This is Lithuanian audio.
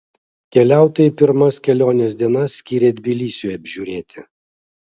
keliautojai pirmas kelionės dienas skyrė tbilisiui apžiūrėti